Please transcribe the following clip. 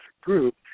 group